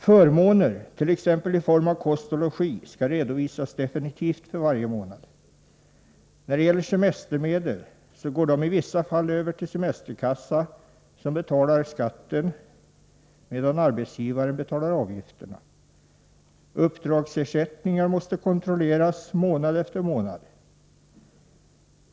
Förmåner, t.ex. i form av kost och logi, skall redovisas definitivt för varje månad. Semestermedlen går i vissa fall över en semesterkassa, som betalar skatten, medan arbetsgivaren betalar avgifterna. Uppdragsersättningar måste kontrolleras månad efter månad.